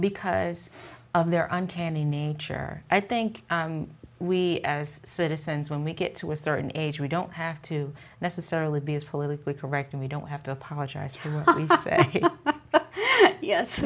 because of their i'm candy nature i think we as citizens when we get to a certain age we don't have to necessarily be as politically correct and we don't have to apologize